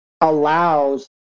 allows